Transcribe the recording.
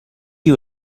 you